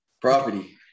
Property